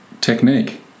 technique